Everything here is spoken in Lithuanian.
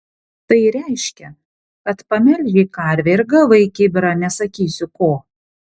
tai reiškia kad pamelžei karvę ir gavai kibirą nesakysiu ko